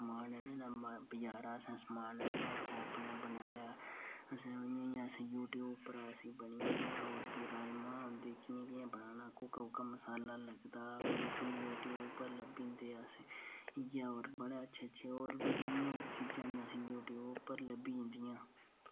ते भी असें बजारै दा समान आह्नेआ ते इत्थें बनाया ते यूट्यूब उप्पर ओह् इं या बनी गै जियां राजमांह होंदे की कियां बनाना ते कोह्का कोह्का मसाला लगदा ते उस यूट्यूब उप्पर लब्भी जंदे अस इयै बड़ा अच्छा अच्छा होर बी जेह्ड़ियां असेंगी यूट्यूब उप्पर लब्भी जंदियां